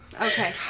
okay